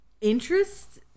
interest